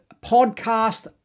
podcast